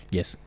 Yes